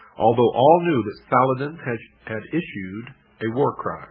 although all knew that saladin had had issued a war-cry